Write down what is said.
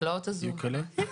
צבא הגנה לעצים,